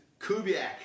Kubiak